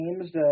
games